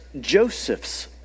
Joseph's